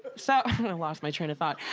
so, i lost my train of thought.